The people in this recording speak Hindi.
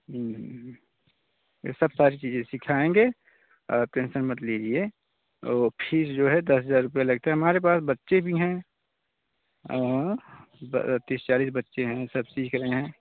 यह सब सारी चीज़ें सिखाएँगे आप टेन्सन मत लीजिए और फीस जो है दस हज़ार रुपये लगता है हमारे पास बच्चे भी हैं ब तीस चालीस बच्चें है सब सीख रहे हैं